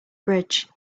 bridge